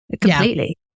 Completely